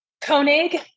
Koenig